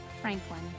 Franklin